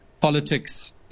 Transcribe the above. politics